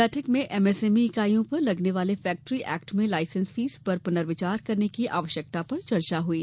बैठक में एमएसएमई इकाइयों पर लगने वाले फैक्ट्री एक्ट में लायसेंस फीस पर पुनर्विचार करने की आवश्यकता पर चर्चा हई